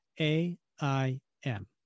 A-I-M